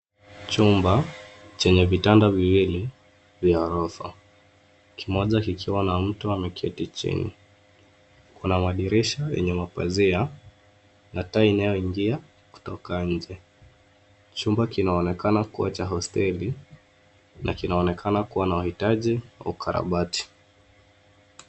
Chumba chenye vitanda viwili vya ghorofa, kimoja kikiwa na mtu ameketi chini. Kuna madirisha, yenye mapazia, na taa inayoingia, kutoka nje. Chumba kinaonekana kuwa cha hosteli, na kinaonekana kuwa na wahitaji, ukarabati.